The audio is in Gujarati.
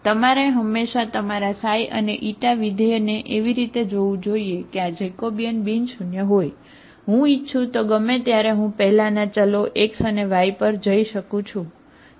તેથી તમારે હંમેશા તમારા ξ અને η વિધેય ને એવી રીતે જોવું જોઈએ કે આ જેકોબિયન બિન શૂન્ય હોય હું ઇચ્છું તો ગમે ત્યારે હું પહેલાના ચલો x અને y પર જઈ શકું છું બરાબર